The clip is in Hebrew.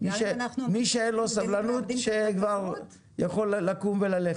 מי שאין לו סבלנות כבר יכול לקום וללכת,